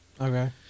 Okay